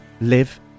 live